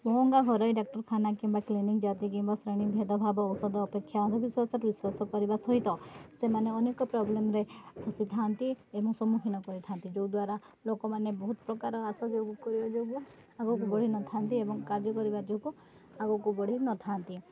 ମହଙ୍ଗା ଘରୋଇ ଡ଼ାକ୍ତରଖାନା କିମ୍ବା କ୍ଲିନିକ୍ ଜାତି କିମ୍ବା ଶ୍ରେଣୀ ଭେଦ ଭାବ ଔଷଧ ଅପେକ୍ଷା ଅନ୍ଧବିଶ୍ୱାସର ବିଶ୍ୱାସ କରିବା ସହିତ ସେମାନେ ଅନେକ ପ୍ରୋବ୍ଲେମ୍ରେ ଆସିଥାନ୍ତି ଏବଂ ସମ୍ମୁଖୀନ କରିଥାନ୍ତି ଯେଉଁଦ୍ୱାରା ଲୋକମାନେ ବହୁତ ପ୍ରକାର ଆଶା କରିବା ଯୋଗୁଁ ଆଗକୁ ବଢ଼ିନଥାନ୍ତି ଏବଂ କାର୍ଯ୍ୟ କରିବା ଯୋଗୁଁ ଆଗକୁ ବଢ଼ିନଥାନ୍ତି